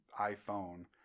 iphone